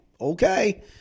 okay